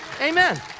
amen